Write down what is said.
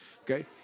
Okay